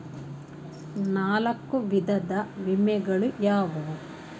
ನಾಲ್ಕು ವಿಧದ ವಿಮೆಗಳು ಯಾವುವು?